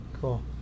cool